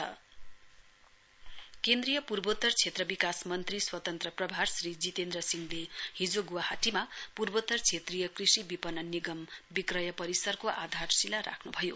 foundation stone laying केन्द्रीय पूर्वोत्तर क्षेत्र विकास मन्त्री स्वतन्त्र प्रभार श्री जितेन्द्र सिंहले हिजो गुवाहटीमा पूर्वोत्तर क्षेत्रीय कृषि विपणन निगम विक्रय परिसरको आधारिशीला राख्नु भयो